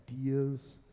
ideas